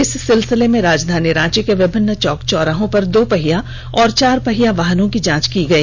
इस सिलसिले में राजधानी रांची के विभिन्न चौक चौराहों पर दो पहिया और चार पहिया वाहनों की जांच की गई